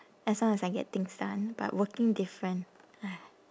as long as I get things done but working different !hais!